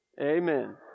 Amen